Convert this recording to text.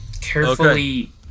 carefully